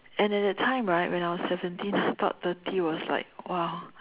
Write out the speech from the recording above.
and at that time right when I was seventeen I thought thirty was like !wow!